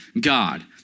God